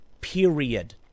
period